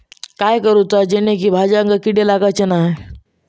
काय करूचा जेणेकी भाजायेंका किडे लागाचे नाय?